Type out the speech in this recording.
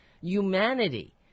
humanity